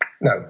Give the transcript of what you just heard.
no